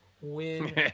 win